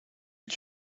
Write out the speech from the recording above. est